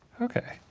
okay.